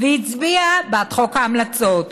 והצביע בעד חוק ההמלצות,